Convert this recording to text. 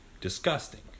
disgusting